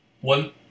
One